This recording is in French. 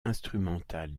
instrumentale